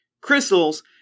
Crystals